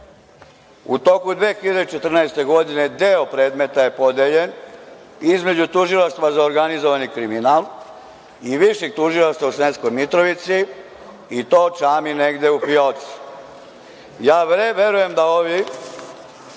U toku 2014. godine deo predmeta je podeljen između Tužilaštva za organizovani kriminal i Višeg tužilaštva u Sremskoj Mitrovici i to čami negde u fioci. Ja verujem da ovi